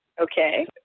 Okay